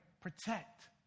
protect